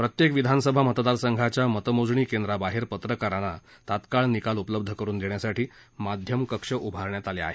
प्रत्येक विधानसभा मतदार संघाच्या मतमोजणी केंद्राबाहेर पत्रकारांना तत्काळ निकाल उपलब्ध करून देण्यासाठी माध्यम कक्ष उभारण्यात आले आहेत